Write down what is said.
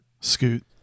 Scoot